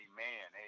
Amen